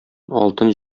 алтын